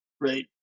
right